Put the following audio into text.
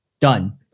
done